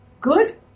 good